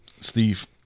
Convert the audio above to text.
Steve